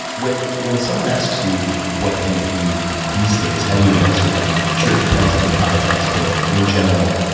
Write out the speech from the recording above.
when when someone asks you, what do you do? these days, how do you answer that? i'm sure it depends on the context. but, in general,